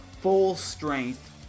full-strength